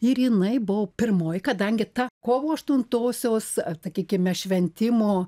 ir jinai buvo pirmoji kadangi ta kovo aštuntosios sakykime šventimo